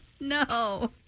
No